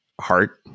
heart